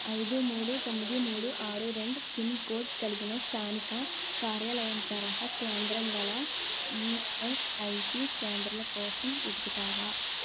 ఐదు మూడు తొమ్మిది మూడు ఆరు రెండు పిన్కోడ్ కలిగిన స్థానిక కార్యాలయం తరహా కేంద్రం గల ఈఎస్ఐసి కేంద్రాల కోసం ఎతుకుతావా